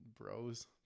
bros